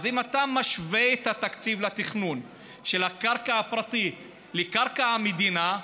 אז אם אתה משווה את התקציב לתכנון של הקרקע הפרטית לזה של קרקע המדינה,